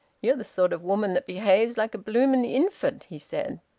you're the sort of woman that behaves like a blooming infant! he said.